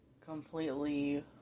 completely